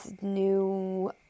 new